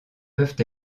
peuvent